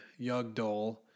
Yugdol